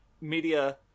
media